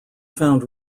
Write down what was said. found